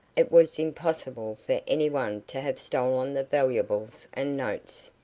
it was impossible for any one to have stolen the valuables and notes.